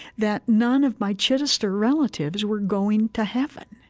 that none of my chittister relatives were going to heaven.